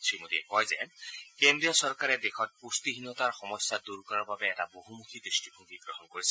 শ্ৰী মোদীয়ে কয় যে কেন্দ্ৰীয় চৰকাৰে দেশত পুষ্টিহীনতা দূৰ কৰাৰ বাবে এটা বহুমুখী দৃষ্টিভংগী গ্ৰহণ কৰিছে